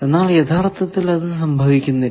എന്നാൽ യഥാർത്ഥത്തിൽ അത് സംഭവിക്കുന്നില്ല